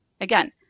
again